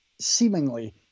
seemingly